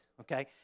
okay